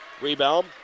Rebound